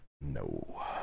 No